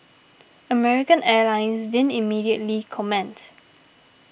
American Airlines didn't immediately comment